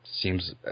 seems